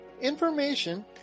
information